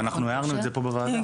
ואנחנו הערנו את זה פה בוועדה.